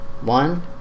one